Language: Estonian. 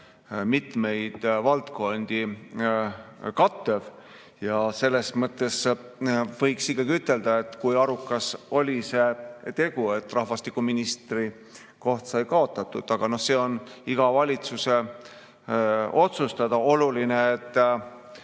mitmeid [ala]valdkondi kattev. Selles mõttes võiks ikkagi [küsida], kui arukas oli see tegu, et rahvastikuministri koht sai kaotatud. Aga see on iga valitsuse otsustada. Oluline, et